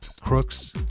Crooks